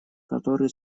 которые